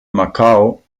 macau